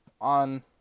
on